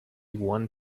one